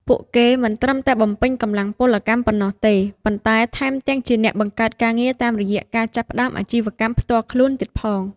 ពួកគេមិនត្រឹមតែបំពេញកម្លាំងពលកម្មប៉ុណ្ណោះទេ ប៉ុន្តែថែមទាំងជាអ្នកបង្កើតការងារតាមរយៈការចាប់ផ្តើមអាជីវកម្មផ្ទាល់ខ្លួនទៀតផង។